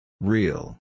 Real